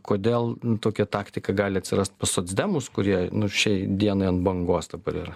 kodėl tokia taktika gali atsirast pas socdemus kurie nu šiai dienai ant bangos dabar yra